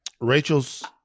Rachel's